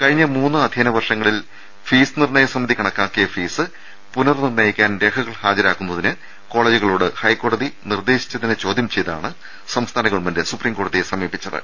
കഴിഞ്ഞ മൂന്ന് അധ്യയന വർഷങ്ങളിൽ ഫീസ് നിർണയ സമിതി കണക്കാക്കിയ ഫീസ് പുനർനിർണയിക്കാൻ രേഖകൾ ഹാജരാക്കാൻ കോളേജുകളോട് ഹൈക്കോടതി നിർദ്ദേശിച്ചതിനെ ചോദ്യം ചെയ്താണ് സംസ്ഥാന ഗവണ്മെന്റ് സുപ്രീംകോട്ടതിയെ സമീപിച്ച ത്